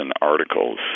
articles